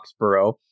Foxborough